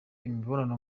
imibonano